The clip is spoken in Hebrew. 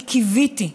אני קיוויתי,